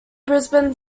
brisbane